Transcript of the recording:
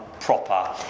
proper